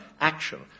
action